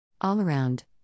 All-around